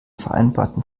vereinbarten